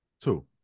Two